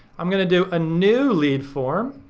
i'm gonna do a new lead form.